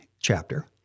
chapter